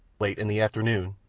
late in the afternoon,